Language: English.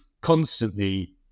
constantly